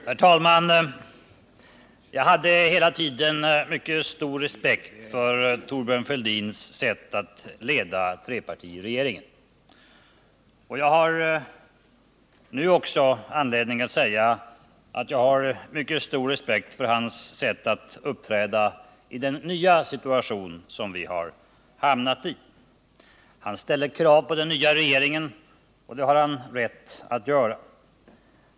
Herr talman! Jag hade hela tiden mycket stor respekt för Thorbjörn Fälldins sätt att leda trepartiregeringen. Jag har nu också anledning att säga att jag har mycket stor respekt för hans sätt att uppträda i den nya situation som vi har hamnat i. Han ställer krav på den nya regeringen, och det har han rätt att göra.